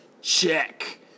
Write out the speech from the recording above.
check